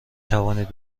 توانید